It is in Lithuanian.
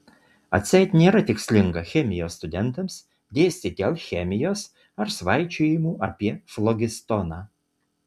atseit nėra tikslinga chemijos studentams dėstyti alchemijos ar svaičiojimų apie flogistoną